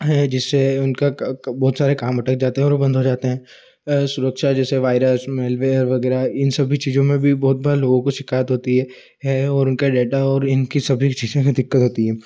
हैं जिससे उनका बहुत सारे काम अटक जाते हैं और वो बंद हो जाते हैं असुरक्षा जैसे वायरस मालवेयर वगैरह इन सभी चीज़ों में भी बहुत बार लोगों को शिकायत होती है है और उनका डेटा और इनकी सभी चीज़ों में दिक्कत होती है